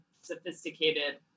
sophisticated